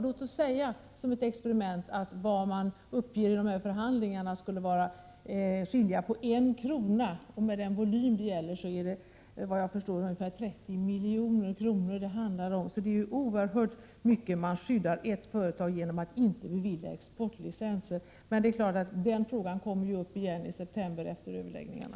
Låt oss anta, som ett experiment, att skillnaden i de priser man uppger vid förhandlingarna bara skulle vara 1 kr./kg! Med den volym det gäller skulle det, såvitt jag förstår, handla om ungefär 30 milj.kr. Man skyddar alltså ett enda företag oerhört mycket genom att inte bevilja exportlicenser. Men den frågan kommer ju upp igen i september efter överläggningarna.